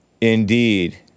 Indeed